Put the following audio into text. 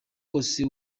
wose